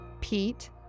Pete